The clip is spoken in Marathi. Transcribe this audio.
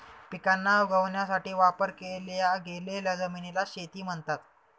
पिकांना उगवण्यासाठी वापर केल्या गेलेल्या जमिनीला शेती म्हणतात